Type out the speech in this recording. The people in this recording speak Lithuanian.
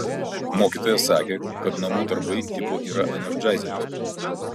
mokytoja sakė kad namų darbai tipo yra enerdžaizeris